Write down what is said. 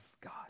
God